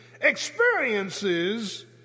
experiences